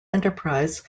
enterprise